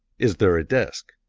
is there a desk?